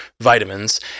vitamins